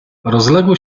rozległy